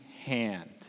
hand